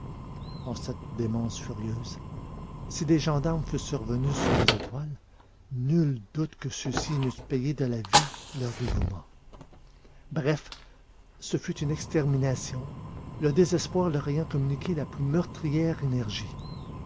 en cette démence furieuse si des gendarmes fussent survenus sous les étoiles nul doute que ceux-ci n'eussent payé de la vie leur dévouement bref ce fut une extermination le désespoir leur ayant communiqué la plus meurtrière énergie